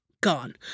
Gone